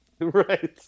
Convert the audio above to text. Right